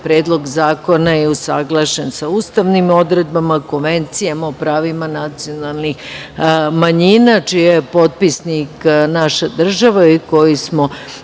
Predlog zakona je usaglašen sa ustavnim odredbama, konvencijama o pravima nacionalnih manjina, čiji je potpisnik naša država i koji ste,